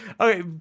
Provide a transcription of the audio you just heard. okay